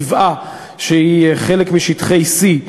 גבעה שהיא חלק משטחי C,